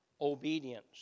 obedience